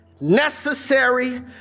necessary